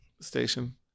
station